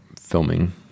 filming